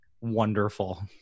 Wonderful